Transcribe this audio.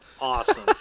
awesome